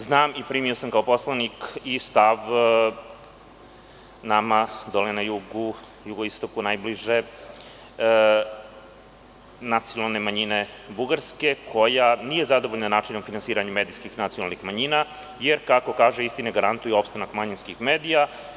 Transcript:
Znam i primio sam kao poslanik i stav nama dole na jugoistoku najbliže nacionalne manjine Bugarske, koja nije zadovoljna načinom finansiranja medijskih nacionalnih manjina jer, kako kaže, isti ne garantuju opstanak manjinskih medija.